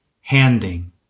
handing